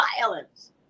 violence